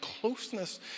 closeness